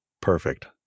perfect